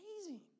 amazing